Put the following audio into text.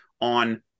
on